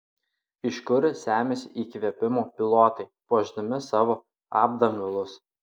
iš kur semiasi įkvėpimo pilotai puošdami savo apdangalus